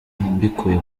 mbikuye